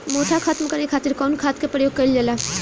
मोथा खत्म करे खातीर कउन खाद के प्रयोग कइल जाला?